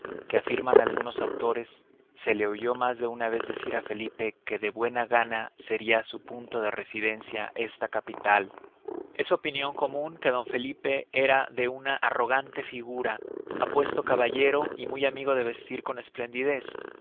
que afirman algunos autores se le oyó mas de una vez decir á felipe que de buena gana seria su punto de residencia esta capital es opinion comun que d felipe era de una arrogante figura apuesto caballero y muy amigo de vestir